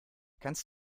kannst